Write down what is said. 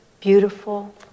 beautiful